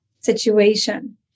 situation